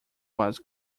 was